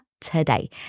today